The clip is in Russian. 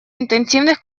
интенсивных